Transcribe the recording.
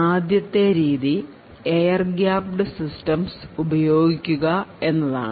ആദ്യത്തെ രീതി air gapped systems ഉപയോഗിക്കുക എന്നതാണ്